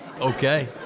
Okay